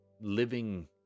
living